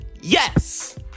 yes